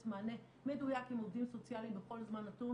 מענה מדויק עם עובדים סוציאליים בכל זמן נתון